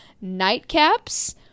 nightcaps